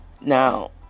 Now